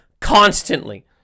constantly